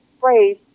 phrase